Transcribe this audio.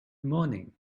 morning